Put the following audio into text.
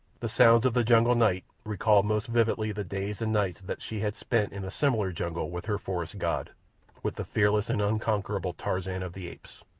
the sounds of the jungle night recalled most vividly the days and nights that she had spent in a similar jungle with her forest god with the fearless and unconquerable tarzan of the apes.